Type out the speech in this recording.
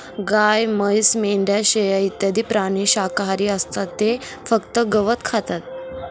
गाय, म्हैस, मेंढ्या, शेळ्या इत्यादी प्राणी शाकाहारी असतात ते फक्त गवत खातात